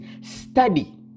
study